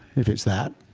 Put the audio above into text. if it's that.